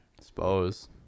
suppose